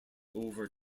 over